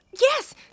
Yes